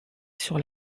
sur